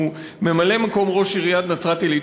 שהוא ממלא-מקום ראש עיריית נצרת-עילית,